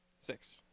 six